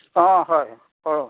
অ' হয় কৰোঁ